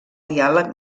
diàleg